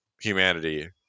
humanity